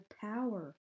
power